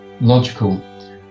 Logical